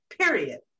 period